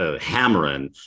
hammering